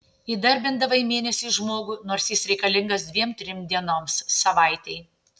įdarbindavai mėnesiui žmogų nors jis reikalingas dviem trim dienoms savaitei